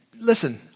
listen